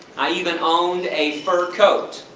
i even owned a fur coat.